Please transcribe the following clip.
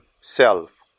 self